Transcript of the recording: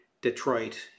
Detroit